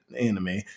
anime